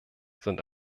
sind